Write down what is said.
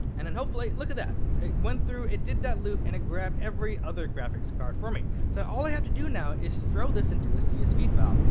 and then, hopefully, look at that. it went through. it did that loop. and it grabbed every other graphics card for me. so all i have to do now is throw this into a csv file.